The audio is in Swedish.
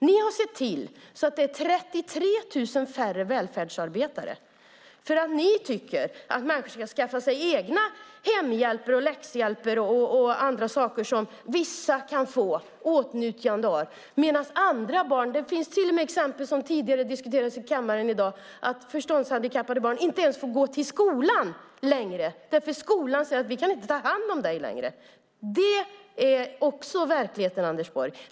Ni har sett till att det är 33 000 färre välfärdsarbetare därför att ni tycker att människor ska skaffa sig egen hemhjälp och läxhjälp och andra saker som vissa kan komma i åtnjutande av. Det finns exempel som diskuterades tidigare i kammaren i dag på att förståndshandikappade barn inte ens får gå till skolan längre därför att skolan säger: Vi kan inte ta hand om dig längre. Det är också en verklighet, Anders Borg.